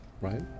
right